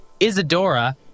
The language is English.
isadora